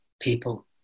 people